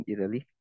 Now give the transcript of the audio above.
Italy